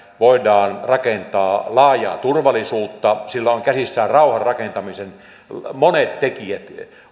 voidaan rakentaa laajaa turvallisuutta sillä on käsissään rauhan rakentamiseen monet tekijät